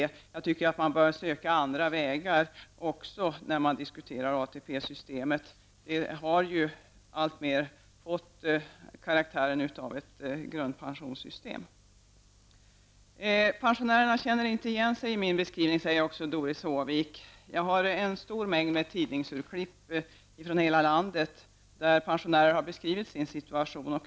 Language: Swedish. Jag tycker att man bör söka andra vägar när man diskuterar ATP-systemet. Det har allt mer fått karaktären av ett grundpensionssystem. Pensionärerna känner inte igen sig i min beskrivning, säger Doris Håvik. Jag har med mig en stor mängd tidningsurklipp från hela landet, där pensionärerna beskriver sin situation.